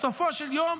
בסופו של יום,